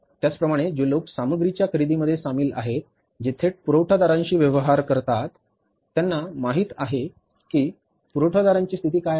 त्याचप्रमाणे जे लोक सामग्रीच्या खरेदीमध्ये सामील आहेत जे थेट पुरवठादारांशी व्यवहार करतात ज्यांना माहित आहे की पुरवठादारांची स्थिती काय आहे